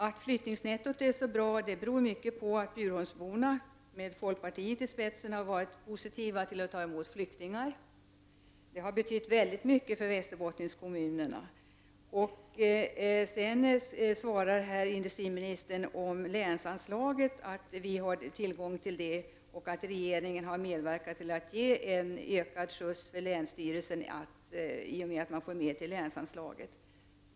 Att vi har ett flyttningsnetto beror mycket på att Bjurholmsborna, med folkpartiet i spetsen, har varit mycket positiva till att ta emot flyktingar. Det har betytt väldigt mycket för Västerbottenskommunerna. Industriministern påminner om att vi har tillgång till länsanslaget och att regeringen har medverkat till att ge länsstyrelsen en ökad skjuts i och med att man får mer i länsanslag.